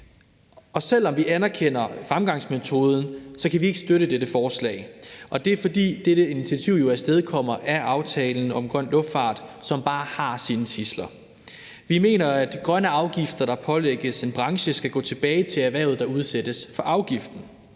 Selv om vi anerkender fremgangsmetoden, kan vi ikke støtte dette forslag, og det er, fordi dette initiativ jo er afstedkommet af aftalen om grøn luftfart, som bare har sine tidsler. Vi mener, at grønne afgifter, der pålægges en branche, skal gå tilbage til erhvervet, der udsættes for afgiften.